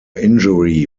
injury